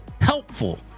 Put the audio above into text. helpful